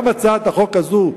גם הצעת החוק הזאת,